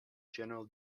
general